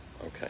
okay